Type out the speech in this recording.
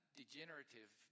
degenerative